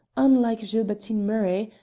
unlike gilbertine murray,